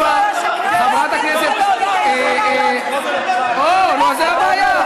חברת הכנסת סופה, אוה, זאת הבעיה?